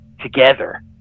together